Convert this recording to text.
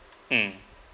mm